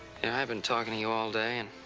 and i've been talking to you all day, and.